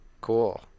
Cool